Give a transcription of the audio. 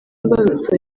imbarutso